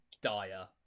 dire